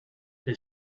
they